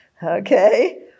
Okay